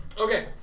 Okay